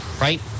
right